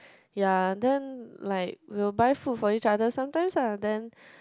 yea then like we will buy food for each other sometimes ah then